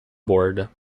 borda